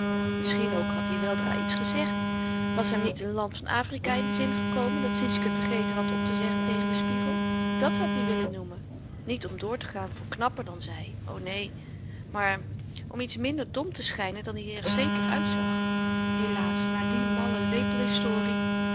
misschien ook had i weldra iets gezegd was hem niet n land van afrika in den zin gekomen dat sietske vergeten had optezeggen tegen den spiegel dàt had i willen noemen niet om doortegaan voor knapper dan zy o neen maar om iets minder dom te schynen dan i er zeker uitzag helaas na die malle